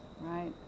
right